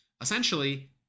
essentially